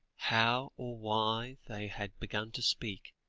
how or why they had begun to speak,